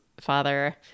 father